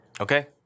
Okay